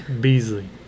Beasley